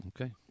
Okay